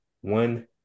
one